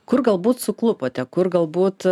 kur galbūt suklupote kur galbūt